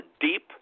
deep